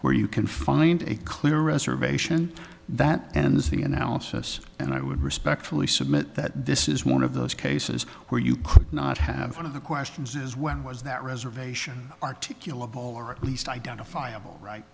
where you can find a clear reservation that ends the analysis and i would respectfully submit that this is one of those cases where you could not have one of the questions is when was that reservation articulable or at least identifiable right